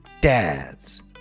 dads